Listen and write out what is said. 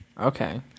okay